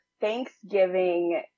Thanksgiving